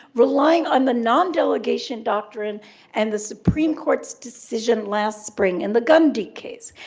relying on the nondelegation doctrine and the supreme court's decision last spring in the gundy case.